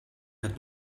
hat